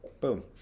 Boom